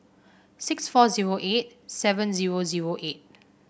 six four zero eight seven zero zero eight